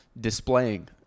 displaying